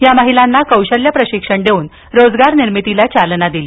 या महिलांना कौशल्य प्रशिक्षण देऊन रोजगारनिर्मितीला चालना दिली